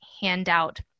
handout